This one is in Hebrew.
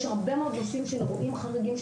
יש הרבה מאוד נושאים של אירועים חריגים.